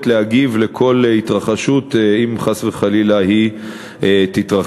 להגיב על כל התרחשות אם חס וחלילה היא תתרחש.